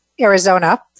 Arizona